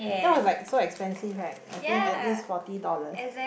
that was like so expensive right I think at least forty dollars